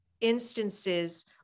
instances